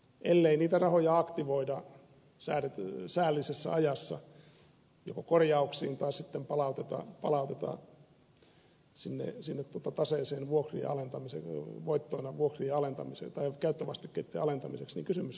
ellei niitä rahoja aktivoida säällisessä ajassa joko korjauksiin tai sitten palauteta sinne taseeseen voittoina vuokrien alentamiseksi tai käyttövastikkeitten alentamiseksi niin kysymyshän on ryöstöstä